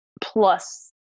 plus